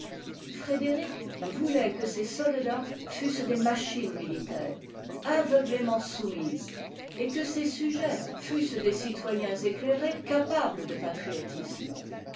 frédéric voulait que ses soldats fussent des machines militaires aveuglément soumises et que ses sujets fussent des citoyens éclairés capables de patriotisme